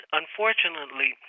unfortunately